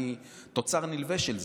אני תוצר נלווה של זה,